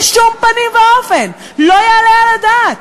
בשום פנים ואופן לא יעלה על הדעת.